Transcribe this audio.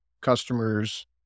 customers